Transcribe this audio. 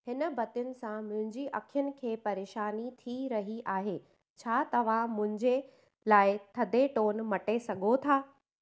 हिन बतियुन सां मुंहिंजी अखियुनि खे परेशानी थी रही आहे छा तव्हांखे मुंहिंजे लाइ थदे टोन मटे सघो था